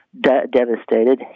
devastated